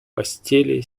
постели